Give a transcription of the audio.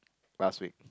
last week